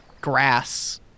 grass